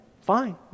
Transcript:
fine